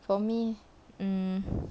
for me mm